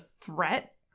threat